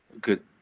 good